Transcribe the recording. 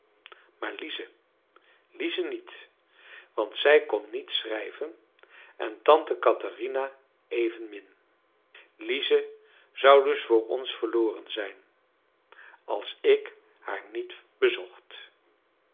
maar lize lize niet want zij kon niet schrijven en tante katherina evenmin lize zou dus voor ons verloren zijn als ik haar niet bezocht